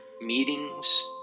meetings